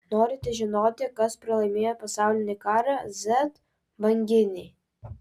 norite žinoti kas pralaimėjo pasaulinį karą z banginiai